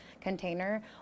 container